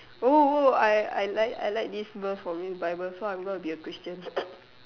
oh oh I I like I like this verse from this bible so I'm going to be a Christian